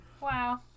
Wow